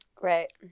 right